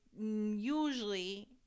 usually